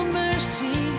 mercy